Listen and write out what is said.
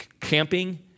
camping